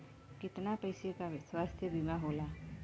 कितना पैसे का स्वास्थ्य बीमा होला?